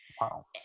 Wow